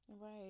Right